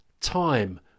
time